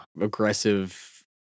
aggressive